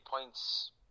points